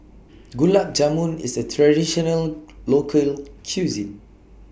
Gulab Jamun IS A Traditional Local Cuisine